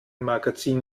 magazin